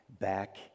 back